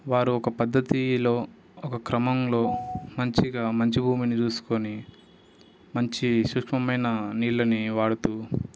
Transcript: వారు ఒక పద్ధతిలో ఒక క్రమంలో మంచిగా మంచి భూమిని చూస్కొని మంచి సూక్ష్మమైన నీళ్ళను వాడుతూ